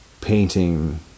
painting